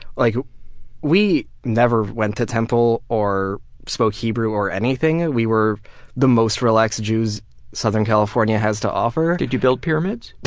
like we never went to temple or spoke hebrew or anything, we were the most relaxed jews southern california has to offer paul did you build pyramids?